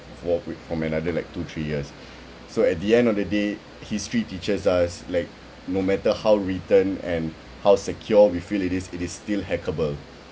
from from another like two three years so at the end of the day history teaches us like no matter how written and how secure we feel it is it is still hackable